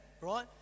right